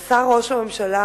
עשה ראש הממשלה